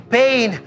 pain